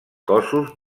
cossos